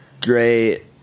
great